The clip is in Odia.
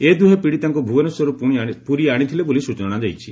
ଏ ଦୁହେଁ ପୀଡିତାଙ୍କୁ ଭୁବନେଶ୍ୱରରୁ ପୁରୀ ଆଶିଥିଲେ ବୋଲି ଜଶାଯାଇଛି